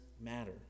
matter